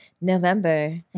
November